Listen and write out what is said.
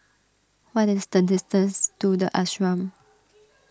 what is the distance to the Ashram